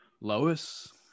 Lois